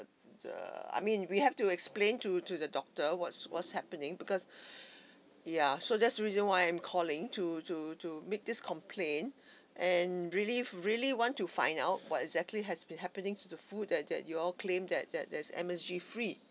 err I mean we have to explain to to the doctor what's what's happening because ya so that's the reason why I'm calling to to to make this complaint and really really want to find out what exactly has been happening to the food that that you all claim that that there's M_S_G free